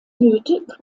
nötig